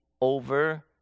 over